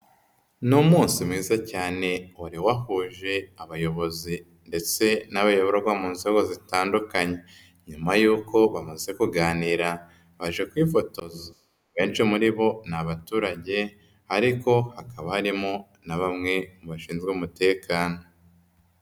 Ni umunsi mwiza cyane wari wahuje abayobozi ndetse n'abayoborwa mu nzego zitandukanye. Nyuma y'uko bamaze kuganira baje kwifotoza. Benshi muri bo ni abaturage ariko hakaba harimo na bamwe mu bashinzwe umutekano.